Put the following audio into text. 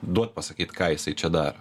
duot pasakyt ką jisai čia daro